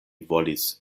volis